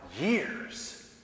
years